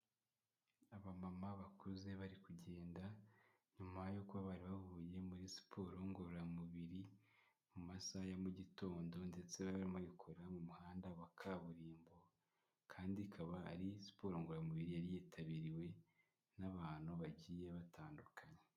Abamama bakuze bari kugenda nyuma yo kuba bari bavuye muri siporo ngororamubiri mu masaha ya mu gitondo ndetse barimo bayikora mu muhanda wa kaburimbo kandi ikaba ari siporo ngoramubiri, yari yitabiriwe n'abantu bagiye batandukanye.